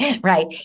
right